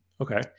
Okay